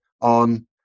on